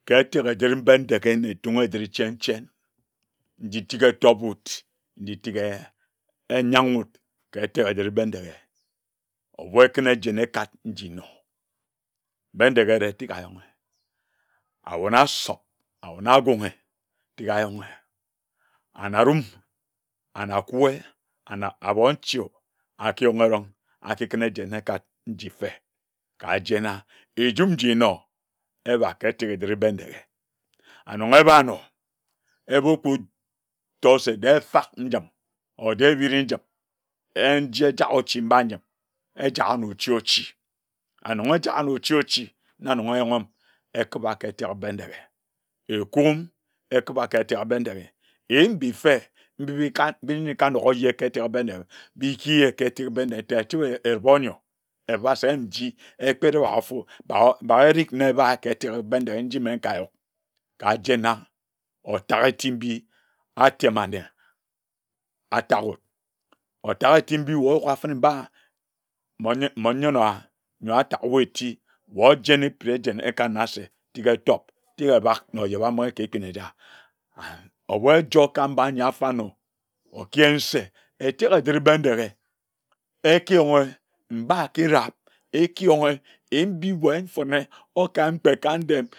Ka eteke ejiri Bendeghe na etun ejiri chen nji tik etopid nji tik eyan uwud ka eteke ejiri Bendeghe ebu ekune ejene ekad nji nor Bendeghe ere tik ayonge awuna asop abona agunghe tik ayonge anarum anakuwe ana abon nchio aki yonge eron akikun ejen ekad nji mfe kajena ejum nji nor eba ka eteke ejiri Bendeghe anoge eba ano ebokun tose je efak njim oje ebiri njim enjie ejak ochi mba njim ejak anor ochi ochi anonghe ejak anoe ochi cohi na nongho oyugim ekiba ka ejage Bendeghe ekum ekiba ka eteke Bendeghe eyin mbi mfe mbibe nka mbi nye ekanogho je ka eteke Bendeghe bijie ka eteke Bendeghe tetue ebor nyor ebase nji ekpere wac ofu bak ering ne ebae ka etek Bendeghe nji mme nkayuk kajena otake eti mbi atem anne atawud otake eti mbi wae oyuka fene mbae monyor mmon nyene owa atak uwa eti wae ojene ka ejene ekad nase tik etop tik ebak na ojebambinghe ka ekpin eja ǝnhh ebu e joer ka mbanyi afanor okiyin se etek ejiri Bendeghe ekiyonghe mba akidab ekiyonghe mbi wae mfone okayin kpe kpe ndem